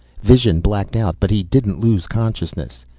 vision blacked out but he didn't lose consciousness.